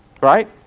Right